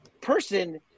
person